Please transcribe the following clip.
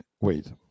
wait